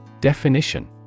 Definition